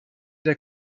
der